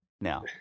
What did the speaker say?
Now